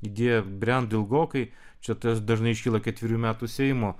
idėja brendo ilgokai čia tas dažnai iškyla ketverių metų seimo